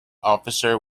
officer